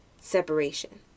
separation